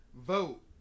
vote